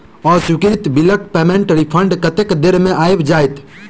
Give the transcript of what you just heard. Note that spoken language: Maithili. अस्वीकृत बिलक पेमेन्टक रिफन्ड कतेक देर मे आबि जाइत?